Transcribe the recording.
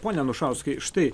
pone anušauskai štai